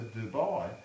Dubai